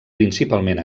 principalment